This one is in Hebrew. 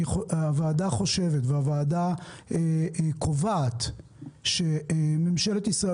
הוועדה חושבת והוועדה קובעת שממשלת ישראל